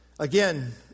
Again